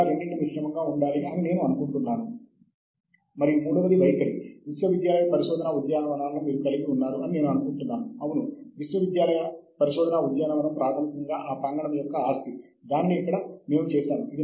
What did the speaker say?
మరియు మనము అంతరాలను చాలా త్వరగా గుర్తించాలితద్వారా మనం కొనసాగించాలనుకుంటున్న పరిశోధనపై దృష్టి పెట్టవచ్చు